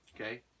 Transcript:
Okay